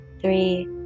three